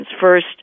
first